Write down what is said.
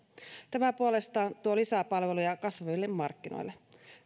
tämä puolestaan tuo lisää palveluja kasvaville markkinoille